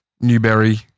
Newbury